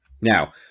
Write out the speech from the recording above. Now